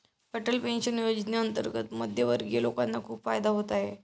Atal pension योजनेअंतर्गत मध्यमवर्गीय लोकांना खूप फायदा होत आहे